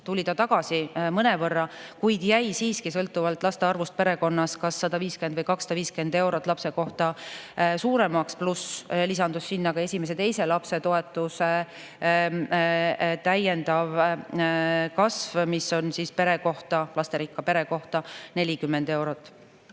tuli ta tagasi mõnevõrra, kuid jäi siiski sõltuvalt laste arvust perekonnas kas 150 või 250 eurot lapse kohta suuremaks, pluss lisandus sinna ka esimese ja teise lapse toetuse täiendav kasv, mis on lasterikka pere kohta 40 eurot.